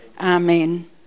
Amen